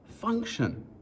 function